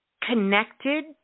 connected